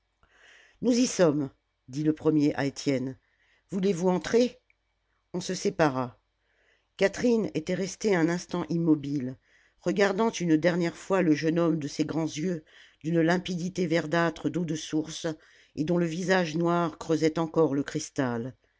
nous y sommes dit le premier à étienne voulez-vous entrer on se sépara catherine était restée un instant immobile regardant une dernière fois le jeune homme de ses grands yeux d'une limpidité verdâtre d'eau de source et dont le visage noir creusait encore le cristal